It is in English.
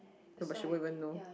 but she won't even know